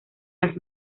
las